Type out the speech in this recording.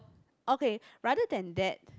okay rather than that